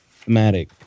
thematic